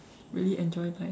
really enjoy life